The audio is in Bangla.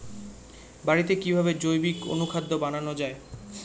বাড়িতে কিভাবে জৈবিক অনুখাদ্য বানানো যায়?